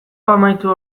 amaitu